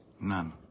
None